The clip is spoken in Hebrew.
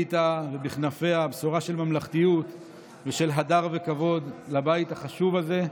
איתה ובכנפיה בשורה של ממלכתיות ושל הדר וכבוד לבית החשוב הזה.